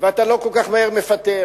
ואתה לא כל כך מהר מפטר.